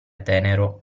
tenero